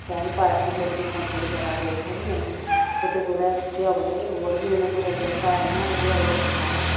शैल पार्टी लोकें दी मदद करा दे एह् थोह्ड़े नेईं कुतै कुतै पजाई ओड़े रोड़ बी उ'नें कुतै कुतै धारें पजाई ओड़े सारे